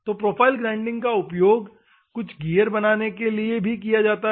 तो profile grinding का उपयोग कुछ गियर बनाने के लिए भी किया जाता है